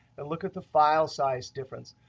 and look at the file size difference,